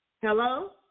Hello